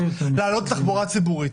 לעלות לתחבורה ציבורית.